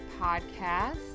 podcast